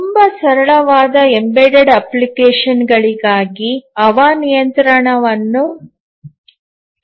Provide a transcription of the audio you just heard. ತುಂಬಾ ಸರಳವಾದ ಎಂಬೆಡೆಡ್ ಅಪ್ಲಿಕೇಶನ್ಗಳಿಗಾಗಿ ಹವಾನಿಯಂತ್ರಣವನ್ನು ಹೇಳಿ